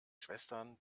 schwestern